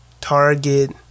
Target